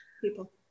People